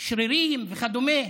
שרירים וכדומה.